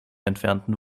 entfernten